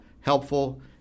helpful